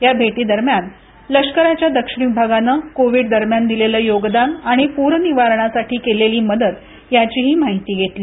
या भेटी दरम्यान लष्कराच्या दक्षिण विभागाने कोविड दरम्यान दिलेलं योगदान आणि पूर निवारणासाठी केलेली मदत याचीही माहिती घेतली